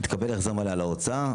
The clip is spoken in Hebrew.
יתקבל החזר מלא על ההוצאה.